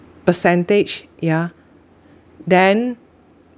percentage yeah then